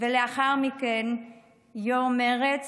ולאחר מכן יו"ר מרצ,